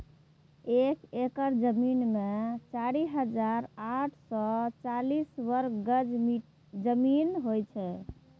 एक एकड़ जमीन मे चारि हजार आठ सय चालीस वर्ग गज जमीन होइ छै